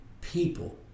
people